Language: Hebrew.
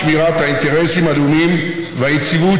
לשמירת האינטרסים הלאומיים והיציבות,